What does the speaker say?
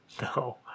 No